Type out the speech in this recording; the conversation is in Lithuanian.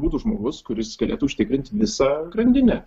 būtų žmogus kuris galėtų užtikrint visą grandinę